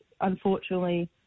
unfortunately